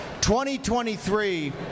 2023